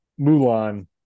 Mulan